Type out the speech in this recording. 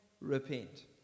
repent